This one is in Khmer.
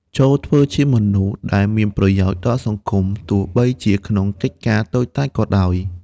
ចូរធ្វើជាមនុស្សដែលមានប្រយោជន៍ដល់សង្គម ទោះបីជាក្នុងកិច្ចការតូចតាចក៏ដោយ។